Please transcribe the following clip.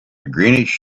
greenish